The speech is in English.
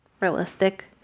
realistic